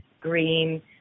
green